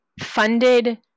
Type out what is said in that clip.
funded